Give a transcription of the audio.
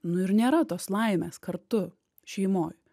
nu ir nėra tos laimės kartu šeimoj